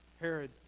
Herod